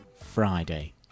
Friday